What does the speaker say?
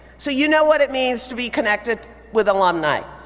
so you know what it means to be connected with alumni.